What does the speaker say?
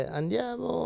andiamo